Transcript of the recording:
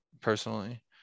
personally